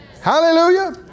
Hallelujah